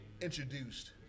introduced